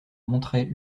montrait